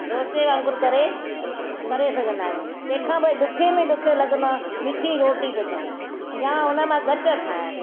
डोसे वांगुर करे करे सघंदा आहियूं तंहिंखां पोइ ॾुखे में ॾुखो लॻंदो आहे मिठी रोटी पचायूं या उन मां ॻच ठाइण